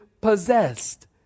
possessed